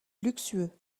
luxueux